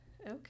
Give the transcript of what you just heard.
Okay